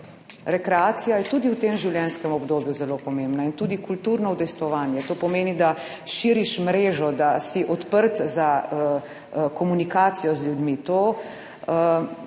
Rekreacija je tudi v tem življenjskem obdobju zelo pomembna in tudi kulturno udejstvovanje. To pomeni, da širiš mrežo, da si odprt za 66.